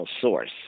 source